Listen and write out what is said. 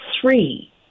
three